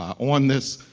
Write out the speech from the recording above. on this,